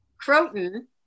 croton